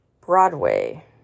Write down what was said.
Broadway